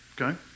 okay